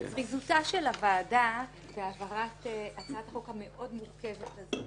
--- של הוועדה בהעברת הצעת החוק המאוד מורכבת הזו,